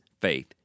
faith